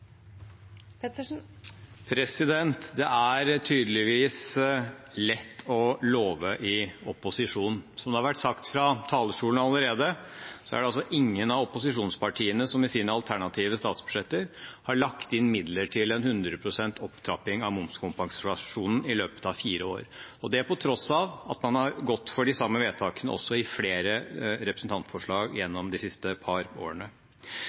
tydeligvis lett å love i opposisjon. Som det har vært sagt fra talerstolen allerede, er det ingen av opposisjonspartiene som i sine alternative statsbudsjetter har lagt inn midler til en hundre prosent opptrapping av momskompensasjonen i løpet av fire år, og det på tross av at man har gått for de samme vedtakene i flere representantforslag gjennom de siste par årene.